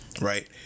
right